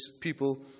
people